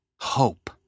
hope